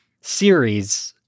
series